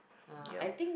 yup